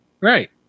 Right